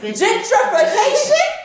gentrification